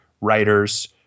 writers